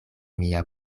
mia